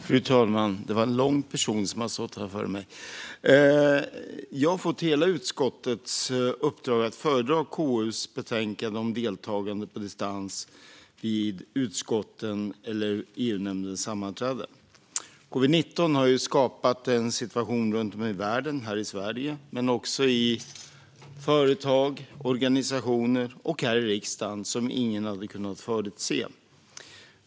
Fru talman! Jag har fått hela utskottets uppdrag att föredra KU:s betänkande om deltagande på distans vid utskottens eller EU-nämndens sammanträden. Covid-19 har skapat en situation runt om i världen och i Sverige, liksom i företag, i organisationer och här i riksdagen, som ingen hade kunnat förutse.